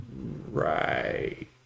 Right